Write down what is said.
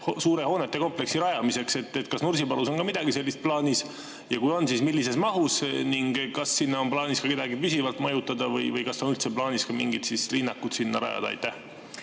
suure hoonetekompleksi rajamiseks. Kas Nursipalus on ka midagi sellist plaanis ja kui on, siis millises mahus? Kas sinna on plaanis veel kedagi püsivalt majutada või kas on üldse plaanis ka mingit linnakut sinna rajada? Aitäh!